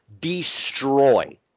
destroy